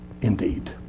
indeed